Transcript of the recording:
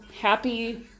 happy